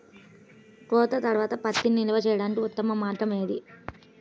కోత తర్వాత పత్తిని నిల్వ చేయడానికి ఉత్తమ మార్గం ఏది?